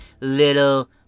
little